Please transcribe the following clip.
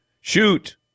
Shoot